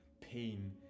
pain